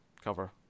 cover